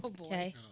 Okay